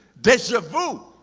deja vu,